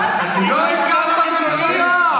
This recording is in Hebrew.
לא הקמת הממשלה.